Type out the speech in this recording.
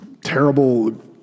terrible